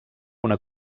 una